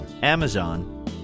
Amazon